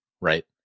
Right